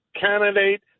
candidate